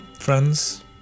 friends